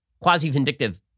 quasi-vindictive